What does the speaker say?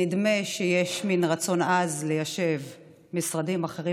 נדמה שיש מין רצון עז ליישב משרדים אחרים,